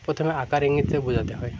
প্রথমে আকার ইঙ্গিতে বোঝাতে হয়